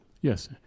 Yes